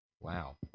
Wow